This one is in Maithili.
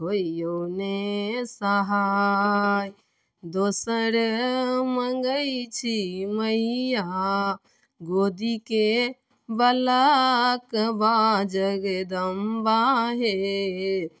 होइयौ ने सहाय दोसर मङ्गै छी मैया गोदीके बलकबा जगदम्बा हे